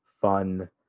fun